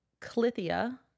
Clithia